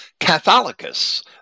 Catholicus